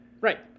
right